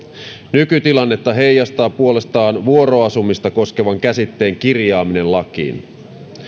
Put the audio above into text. nykytilannetta heijastaa puolestaan vuoroasumista koskevan käsitteen kirjaaminen lakiin